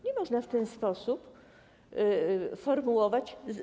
Nie można w ten sposób tego formułować.